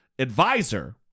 Advisor